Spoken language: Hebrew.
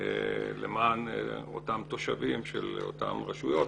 למען אותם תושבים של אותן רשויות